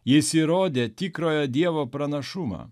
jis įrodė tikrojo dievo pranašumą